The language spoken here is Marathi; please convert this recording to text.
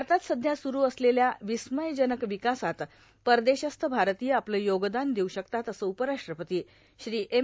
भारतात सध्या सुरू असलेल्या र्वस्मयजनक र्वकासात परदेशस्थ भारतीय आपलं योगदान देऊ शकतात असं उपराष्ट्रपती श्री एम